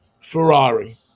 Ferrari